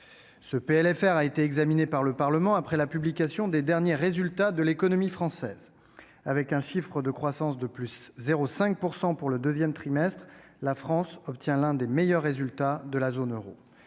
Ce PLFR a été examiné par le Parlement après la publication des derniers résultats de l'économie française. Avec un chiffre de croissance de 0,5 % pour le deuxième trimestre 2022, la France obtient l'un des meilleurs résultats de la zone euro.